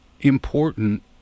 important